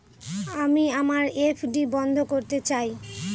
আমি আমার এফ.ডি বন্ধ করতে চাই